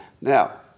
Now